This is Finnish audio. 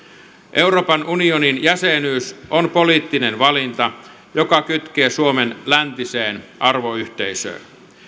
euroopan unionin jäsenyys on poliittinen valinta joka kytkee suomen läntiseen arvoyhteisöön